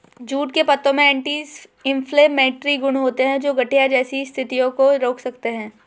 jute के पत्तों में एंटी इंफ्लेमेटरी गुण होते हैं, जो गठिया जैसी स्थितियों को रोक सकते हैं